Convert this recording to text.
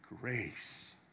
grace